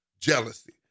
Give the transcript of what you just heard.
Jealousy